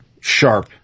sharp